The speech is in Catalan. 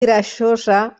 greixosa